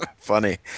Funny